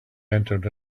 entered